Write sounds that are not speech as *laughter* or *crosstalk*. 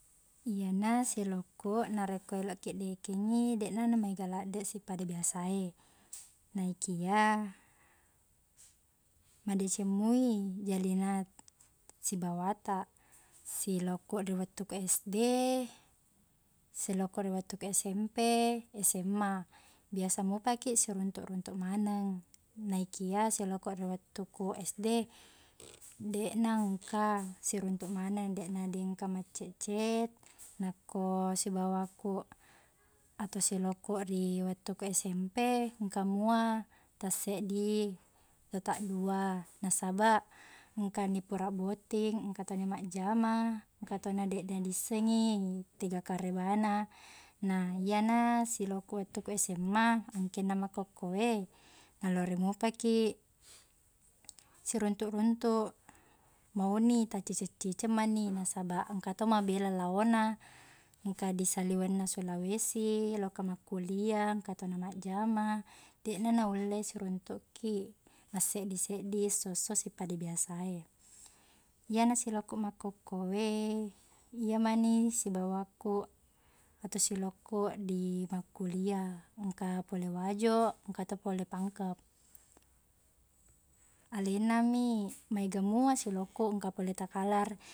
Iyena siloqkuq narekko eloqkiq dekeng i, deqna na maega laddeq sippada biasa e. Naikia *hesitation* madeceng moi jalinan sibawataq siloqkuq riwettuku SD, siloqkuq riwettuku SMP, SMA. Biasa mopakiq siruntuq-runtuq maneng. Naikia siloqkuq riwettukku SD, deqna engka siruntuq maneng, deq diengka maqchat-chat. Nakko sibawakkuq ato siloqkuq riwettuku SMP, engka mua tasseddi ato taddua, nasabaq engkani pura botting, engka to ni majjama, engka to na deqna disseng i tega karebana. Naiyena siloqkuq wettuku SMA, engkenna makkukku e, nailori mopakiq siruntuq-runtuq. Mauni tacciceng-ciceng meni, nasabaq engka to mabela laona, engka disaliwengna Sulawesi, loka makkulia, engka to na majjama, deqna naulle siruntuqki maseddi-seddi sessesso sippada biasa e. Iyena siloqkuq makkukku e, iye mani sibawakku ato siloqku di makkulia. Engka pole Wajo, engka to pole Pangkep. *hesitation* Alenami, maega moa siloqkuq engka pole Takalar.